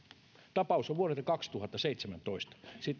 tapaus on vuodelta kaksituhattaseitsemäntoista